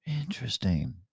interesting